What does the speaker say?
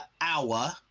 hour